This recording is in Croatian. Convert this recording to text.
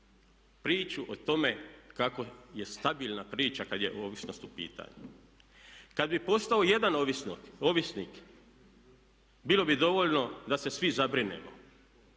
priču o tome kako je stabilna priča kad je ovisnost u pitanju. Kad bi postao jedan ovisnik bilo bi dovoljno da se svi zabrinemo.